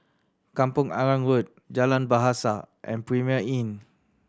Kampong Arang Road Jalan Bahasa and Premier Inn